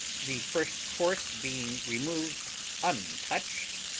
the first course being removed untouched,